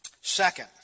Second